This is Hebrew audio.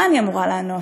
מה אני אמורה לענות?